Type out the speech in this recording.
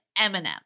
Eminem